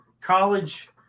college